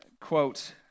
quote